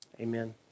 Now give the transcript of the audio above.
Amen